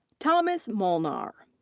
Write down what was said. thomas molnar.